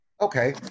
okay